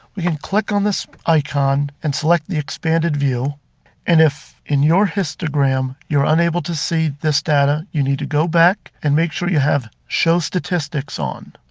we can click on this icon and select the expanded view and if in your histogram you're unable to see this data, you need to go back and make sure you have show statistics on.